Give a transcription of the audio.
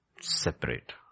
Separate